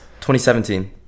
2017